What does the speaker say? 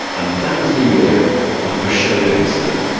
and that was the year of the fashoda incident,